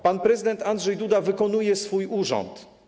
Pan prezydent Andrzej Duda wykonuje swój urząd.